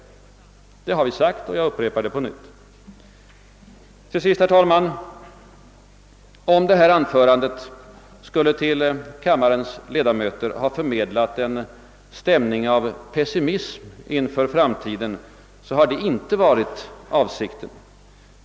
Det har vi sagt, och jag upprepar det i dag. Till sist, herr talman: Om detta anförande skulle till kammarens ledamöter ha förmedlat en stämning av pessimism inför framtiden, har det inte varit avsikten.